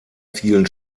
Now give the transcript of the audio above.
vielen